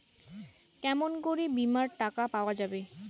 কেমন করি বীমার টাকা পাওয়া যাবে?